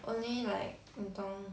only like 你懂